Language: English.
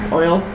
oil